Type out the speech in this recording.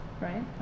right